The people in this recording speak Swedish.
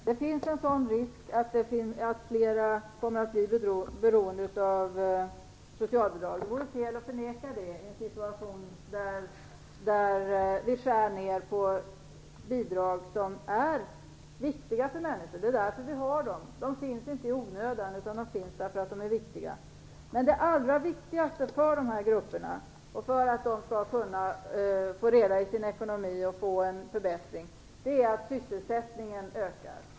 Fru talman! Det vore fel att förneka att det finns en risk för att flera kommer att bli beroende av socialbidrag i en situation där vi skär ned på bidrag som är viktiga för människor - och det är ju därför som vi har dessa bidrag. De har inte införts i onödan utan därför att de är viktiga. Men det allra viktigaste för att dessa grupper skall kunna få reda i sin ekonomi och få en förbättring är att sysselsättningen ökar.